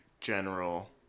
general